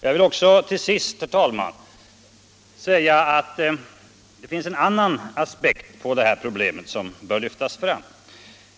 Jag vill också till sist, herr talman, säga att det finns en annan aspekt på det här problemet som bör lyftas fram.